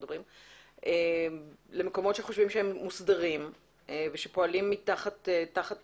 ניגשים בתום לב למקומות שהם חושבים שהם מוסדרים ופועלים תחת פיקוח,